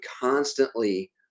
constantly